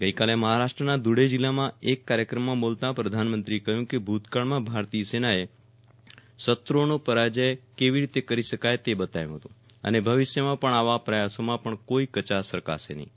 ગઈ કાલે મહારાષ્ટ્રના ઘૂળે જિલ્લામાં એક કાર્યક્રમમાં બોલતા પ્રધાનમંત્રીએ કહ્યું હતું કે ભૂતકાળમાં ભારતીય સેનાએ શત્રુઓનો પરાજ્ય કેવી રીતે કરી શકાય તે બતાવ્યું હતું અને ભવિષ્યમાં પણ આવા પ્રચાસોમાં પણ કોઇ કચાશ રખાશે નહીં